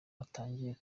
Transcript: atangiye